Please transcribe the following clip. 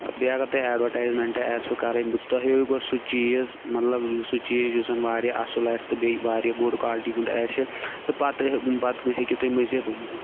بیٚیہِ اگر تۄہہِ اٮ۪ڈوَٹایزمَنٛٹ آسوٕ کَرٕنۍ تۄہہِ ہٲیوٗ گۄڈٕ سُہ چیٖز مطلب سُہ چیٖز یُس زَن واریاہ اَصٕل آسہِ تہٕ بیٚیہِ واریاہ گُڈ کالٹی ہُنٛد آسہِ تہٕ پَتہٕ پَتہٕ ہیٚکو تُہۍ مٔزیٖد